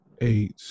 eight